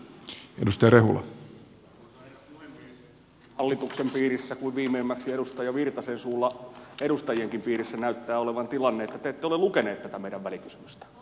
niin hallituksen piirissä kuin viimeimmäksi edustaja virtasen suulla edustajienkin piirissä näyttää olevan tilanne että te ette ole lukeneet tätä meidän välikysymystämme